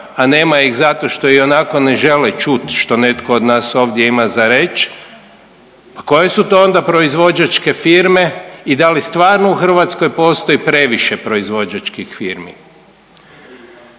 a nema ih zato što ionako ne žele čuti što netko od nas ovdje ima za reći. Pa koje su to onda proizvođačke firme i da li stvarno u Hrvatskoj postoji previše proizvođačkih firmi?